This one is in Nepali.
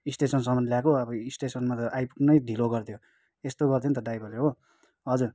स्टेसनसम्म ल्याएको अब स्टेसनमा त आइपुग्नै ढिलो गरिदियो यस्तो गरिदियो नि त हो ड्राइभरले हो हजुर